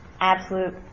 absolute